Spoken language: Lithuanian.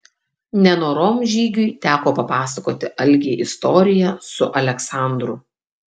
nenorom žygiui teko papasakoti algei istoriją su aleksandru